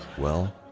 well,